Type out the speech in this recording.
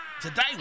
Today